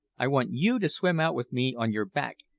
i want you to swim out with me on your back,